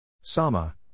Sama